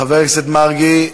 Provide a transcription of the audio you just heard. חבר הכנסת מרגי?